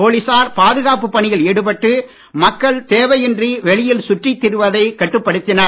போலீசார் பாதுகாப்புப் பணியில் ஈடுபட்டு மக்கள் தேவையின்றி வெளியில் சுற்றித் திரிவதைக் கட்டுப்படுத்தினர்